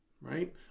right